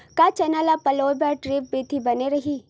का चना ल पलोय बर ड्रिप विधी बने रही?